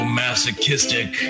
masochistic